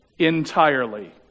Entirely